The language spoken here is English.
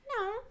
No